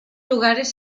lugares